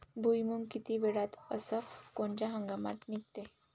भुईमुंग किती वेळात अस कोनच्या हंगामात निगते?